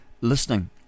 listening